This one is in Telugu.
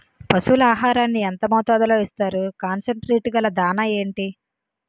పశువుల ఆహారాన్ని యెంత మోతాదులో ఇస్తారు? కాన్సన్ ట్రీట్ గల దాణ ఏంటి?